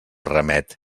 remet